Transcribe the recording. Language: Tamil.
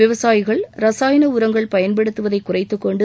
விவசாயிகள் ரசாயன உரங்கள் பயன்படுத்துவதை குறைத்துக் கொண்டு